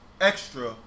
extra